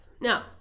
Now